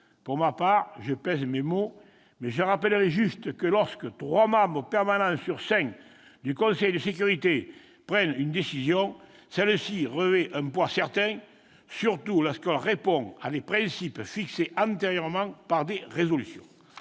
Pour ma part, je pèse mes mots, mais je me contenterai de rappeler que, lorsque trois des cinq membres permanents du Conseil de sécurité prennent une décision, celle-ci revêt un poids certain, surtout lorsqu'elle répond à des principes fixés antérieurement par des résolutions.